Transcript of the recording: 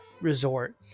resort